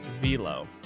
velo